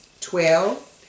Twelve